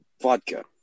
vodka